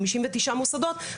59 מוסדות,